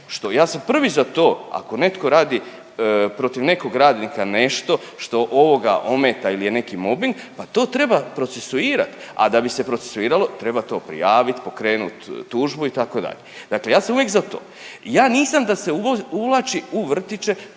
nešto, ja sam prvi za to, ako netko radi protiv nekog radnika nešto što ovoga ometa ili je neki mobbing pa to treba procesuirati, a da bi se procesuiralo treba to prijavit, pokrenut tužbu itd. Dakle, ja sam uvijek za to. Ja nisam da se uvlači u vrtiće